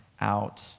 out